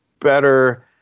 better